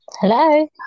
Hello